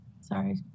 Sorry